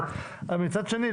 מצד שני,